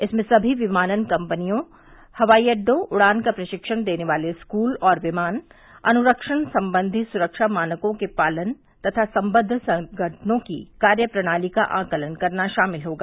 इसमें समी विमानन कंपनियों हवाई अड्डों उड़ान का प्रशिक्षण देने वाले स्कूल और विमान अनुरक्षण संबंधी सुरक्षा मानकों के पालन तथा संबद्ध संगठनों की कार्य प्रणाली का आकलन करना शामिल होगा